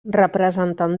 representant